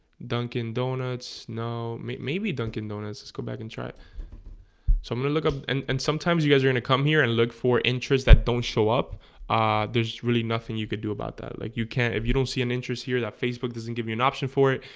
dunkin donuts, no maybe dunkin donuts, let's go back and try it so i'm gonna look up and and sometimes you guys are gonna come here and look for interests that don't show up there's really nothing you could do about that like you can if you don't see an interest here that facebook doesn't give you an option for it,